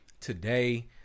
today